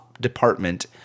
department